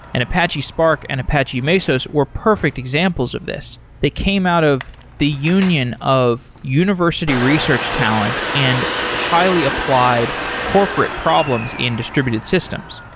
and apache spark and apache mesos were perfect examples of this. they came out of the union of university research talent and highly applied corporate problems in distributed systems.